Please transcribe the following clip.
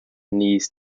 knees